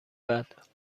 بعد